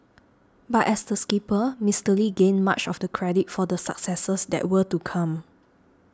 but as the skipper Mister Lee gained much of the credit for the successes that were to come